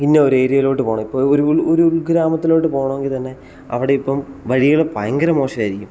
ഇന്ന ഒരു ഏരിയേലോട്ട് പോകണം ഇപ്പം ഒരു ഒരു ഒരു ഉൾഗ്രാമത്തിലോട്ട് പോകണമെങ്കിൽ തന്നെ അവിടെയിപ്പം വഴികൾ ഭയങ്കര മോശമായിരിക്കും